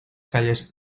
calles